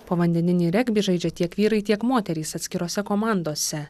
povandeninį regbį žaidžia tiek vyrai tiek moterys atskirose komandose